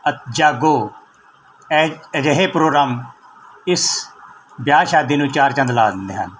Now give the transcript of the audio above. ਅ ਜਾਗੋ ਐ ਅਜਿਹੇ ਪ੍ਰੋਗਰਾਮ ਇਸ ਵਿਆਹ ਸ਼ਾਦੀ ਨੂੰ ਚਾਰ ਚੰਦ ਲਾ ਦਿੰਦੇ ਹਨ